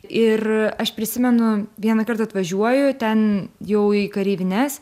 ir aš prisimenu vieną kartą atvažiuoju ten jau į kareivines